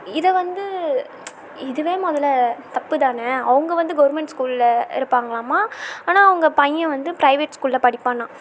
இதை வந்து இதுவே முதல்ல தப்புதானே அவங்க வந்து கவர்மெண்ட் ஸ்கூலில் இருப்பாங்களாம்மா ஆனால் அவங்க பையன் வந்து ப்ரைவேட் ஸ்கூலில் படிப்பானா